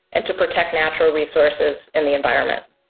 and to protect natural resources in the environment.